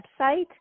website